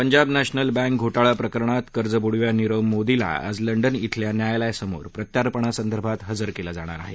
Punjab National Bank घोटाळा प्रकरणात कर्जबुडव्या निरव मोदीला आज लंडन शिल्या न्यायालयासमोर प्रत्यार्पणासंदर्भात हजर केलं जाणार आहे